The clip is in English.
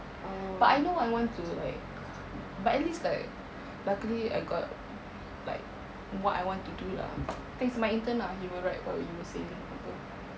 but I know what I want to like but at least like luckily I got like what I want to do lah I think it's my intern lah you were right what you were saying apa